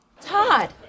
Todd